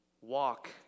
walk